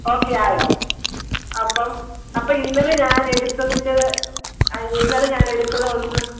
okay ആയോ അപ്പം അപ്പം ഇന്നലെ ഞാനെടുത്തതിന്റെ ആ ഇന്നലെ ഞാനെടുത്തത് ഒന്ന്